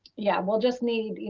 yeah, we'll just need, you